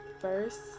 first